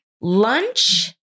Lunch